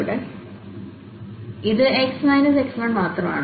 ഇത് x x1 മാത്രമാണ്